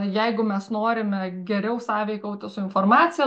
jeigu mes norime geriau sąveikauti su informacija